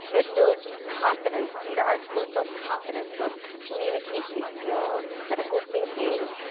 it builds confidence, theater arts skills builds confidence, builds communications skills, critical thinking.